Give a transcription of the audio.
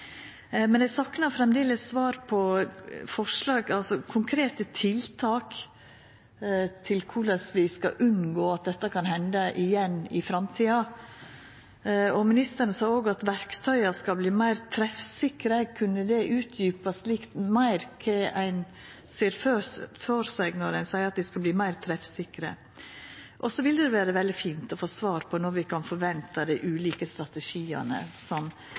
Men eg saknar framleis svar på forslag, altså konkrete tiltak om korleis vi skal unngå at dette kan henda igjen i framtida. Ministeren sa òg at verktøya skal verta meir treffsikre. Kunne det verta utdjupa litt meir kva ein ser for seg når ein seier at dei skal verta meir treffsikre? Så ville det vore veldig fint å få svar på når vi kan forventa dei ulike strategiane som